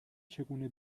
چگونه